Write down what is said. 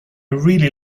really